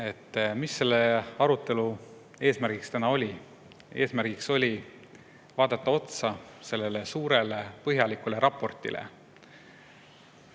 Mis selle arutelu eesmärk täna oli? Eesmärk oli vaadata otsa sellele suurele põhjalikule raportile,